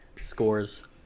scores